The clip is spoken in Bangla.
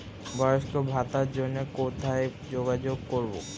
বয়স্ক ভাতার জন্য কোথায় যোগাযোগ করব?